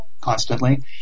constantly